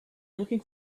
looking